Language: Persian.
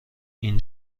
این